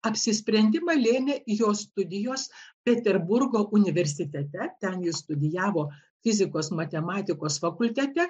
apsisprendimą lėmė jo studijos peterburgo universitete ten jis studijavo fizikos matematikos fakultete